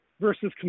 versus